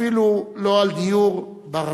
אפילו לא על דיור בר-השגה.